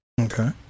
Okay